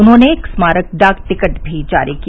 उन्होंने एक स्मारक डाक टिकट भी जारी किया